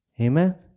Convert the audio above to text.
Amen